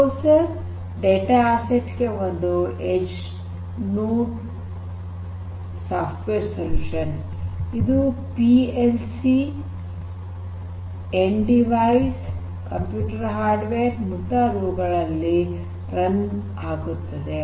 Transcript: cruiser data asset ಗೆ ಒಂದು edge node software solution ಇದು P L C and devices computer hardware ಮುಂತಾದವುಳಲ್ಲಿ run ಆಗುತ್ತದೆ